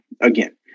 again